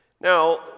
Now